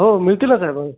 हो मिळतील ना साहेब